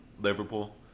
Liverpool